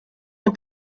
the